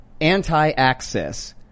anti-access